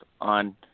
on